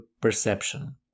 perception